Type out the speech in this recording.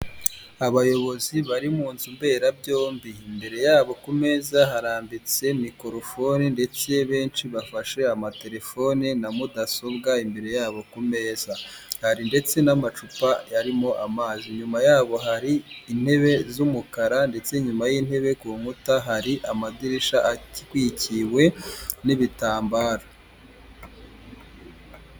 Abayobozi bari mu nzu mberabyombi imbere yabo ku meza harambitse microfone ndetse benshi bafashe amatelefoni na mudasobwa imbere yabo ku meza, hari ndetse n'amacupa arimo amazi nyuma yabo hari intebe z'umukara ndetse nyuma y'intebe ku nkuta hari amadirishya atwikiwe n'ibitambararo